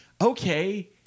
Okay